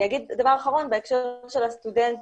אני אגיד דבר אחרון בהקשר של הסטודנטים.